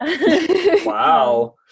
wow